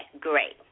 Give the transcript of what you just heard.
great